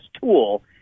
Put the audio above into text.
tool